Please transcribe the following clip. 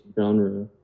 genre